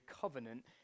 covenant